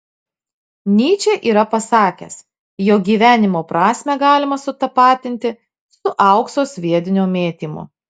nyčė yra pasakęs jog gyvenimo prasmę galima sutapatinti su aukso sviedinio mėtymu